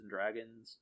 Dragons